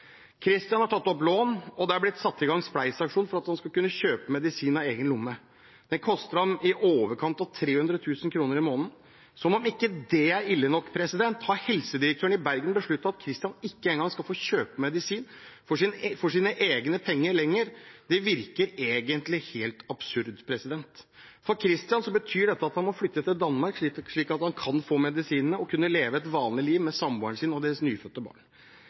har tatt opp lån, og det er blitt satt i gang spleisaksjoner for at han skal kunne kjøpe medisinen av egen lomme. Den koster ham i overkant av 300 000 kr i måneden. Som om ikke det er ille nok, har helsedirektøren i Bergen besluttet at Christian ikke engang skal få kjøpe medisinen for egne penger lenger. Det virker egentlig helt absurd. For Christian betyr dette at han må flytte til Danmark, slik at han kan få medisinen og kunne leve et vanlig liv med samboeren sin og deres nyfødte barn.